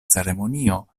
ceremonio